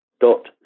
dot